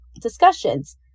discussions